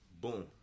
Boom